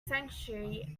sanctuary